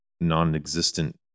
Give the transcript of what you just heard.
non-existent